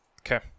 Okay